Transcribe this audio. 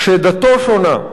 כשדתו שונה.